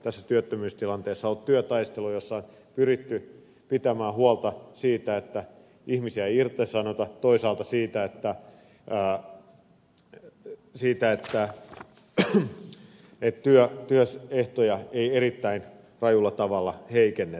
tässä työttömyystilanteessa on ollut työtaisteluja joissa on pyritty pitämään huolta siitä että ihmisiä ei irtisanota toisaalta siitä että työehtoja ei erittäin rajulla tavalla heikennetä